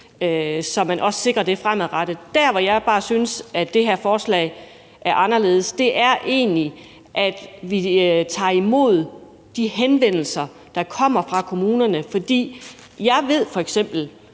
så man også sikrer det fremadrettet. Der, hvor jeg bare synes, at det her forslag er anderledes, er i forhold til, at vi tager imod de henvendelser, der kommer fra kommunerne. For jeg ved